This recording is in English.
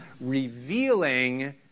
revealing